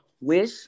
wish